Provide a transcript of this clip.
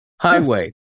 Highway